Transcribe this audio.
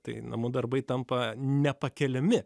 tai namų darbai tampa nepakeliami